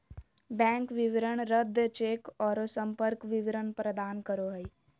bank विवरण रद्द cheque औरो संपर्क विवरण प्रदान करो हइ